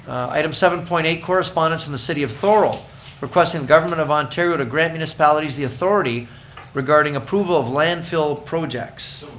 item seven point eight, correspondence from the city of thorold requesting the government of ontario to grant municipalities the authority regarding approval of landfill projects.